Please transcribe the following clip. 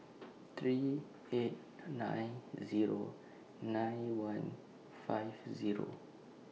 three eight nine Zero nine one five Zero